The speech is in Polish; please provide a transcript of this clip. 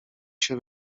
się